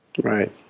Right